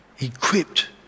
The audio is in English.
Equipped